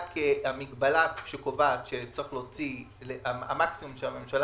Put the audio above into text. המגבלה שקובעת היא שהמקסימום שהממשלה